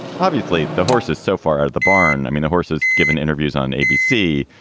obviously, the horse is so far out of the barn. i mean, the horse has given interviews on abc.